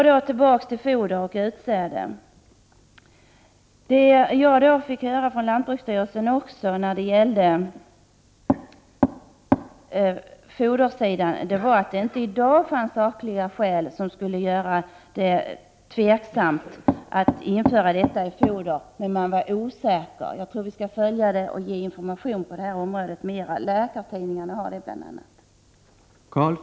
Beträffande foder och utsäde fick jag veta från lantbruksstyrelsen att det i dag inte finns sakliga skäl som gör att man är tveksam till att införa förbud, men man är osäker. Jag tror att vi måste följa utvecklingen på området. Läkartidningen t.ex. har tagit upp frågan.